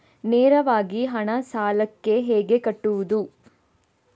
ನೇರವಾಗಿ ಹಣ ಸಾಲಕ್ಕೆ ಹೇಗೆ ಕಟ್ಟುವುದು?